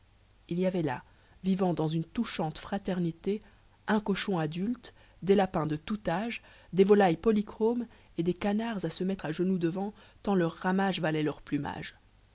il y avait là vivant dans une touchante fraternité un cochon adulte des lapins de tout âge des volailles polychromes et des canards à se mettre à genoux devant tant leur ramage valait leur plumage